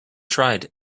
tried